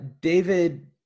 David